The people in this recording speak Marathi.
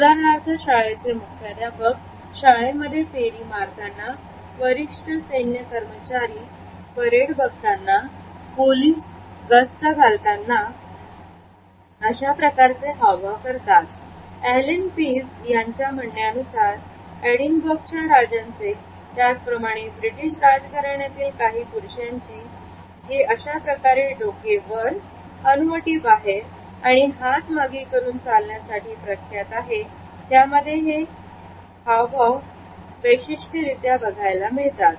उदाहरणार्थ शाळेचे मुख्याध्यापक शाळेमध्ये फेरी मारताना वरिष्ठ सैन्य कर्मचारी परेड भक्तांना पोलीस गस्त घालताना अशा प्रकारचे हावभाव करतात एलेन पीज यांच्या म्हणण्यानुसार एडीन बर्गच्या राज्यांचे त्याचप्रमाणे ब्रिटिश राजघराण्यातील काही पुरुषांची जे अशा प्रकारच्या डोके वर हनुवटी बाहेर आणि हात मागे करून चालण्यासाठी प्रख्यात होते त्यामध्ये हावभाव विशिष्ट बघायला मिळतात